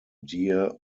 deer